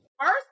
first